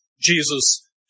Jesus